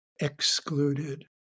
excluded